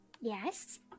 Yes